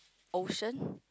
ocean